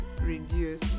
reduce